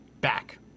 back